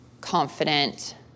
confident